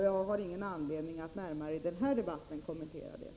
Jag har ingen anledning att i den här debatten närmare kommentera detta.